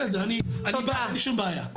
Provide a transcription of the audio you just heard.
בסדר, אני אין לי שום בעיה.